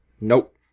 Nope